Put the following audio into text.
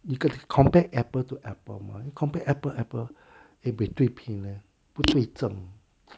you got to compare apple to apple mah you compare apple apple eh buay dui pi leh 不对症